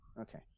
Okay